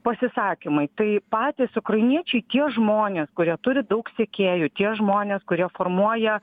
pasisakymai tai patys ukrainiečiai tie žmonės kurie turi daug sekėjų tie žmonės kurie formuoja